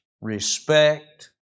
respect